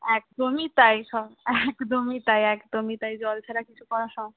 একদমই তাই স একদমই তাই একদমই তাই জল ছাড়া কিছু করা সম